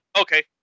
Okay